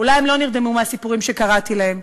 אולי הם לא נרדמו מהסיפורים שקראתי להם.